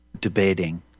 debating